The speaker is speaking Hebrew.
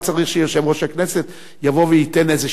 מה צריך שיושב-ראש הכנסת יבוא וייתן איזו